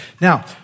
Now